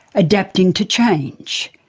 adapting to change,